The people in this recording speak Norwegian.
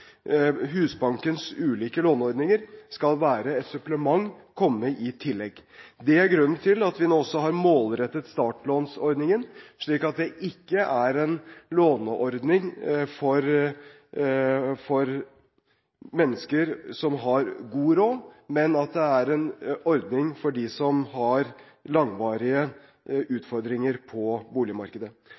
Husbankens ulike låneordninger skal være et supplement, komme i tillegg. Det er grunnen til at vi nå også har målrettet startlånsordningen, slik at det ikke er en låneordning for mennesker som har god råd, men at det er en ordning for dem som har langvarige utfordringer på boligmarkedet.